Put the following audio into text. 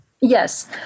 Yes